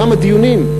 כמה דיונים,